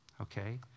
okay